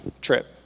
trip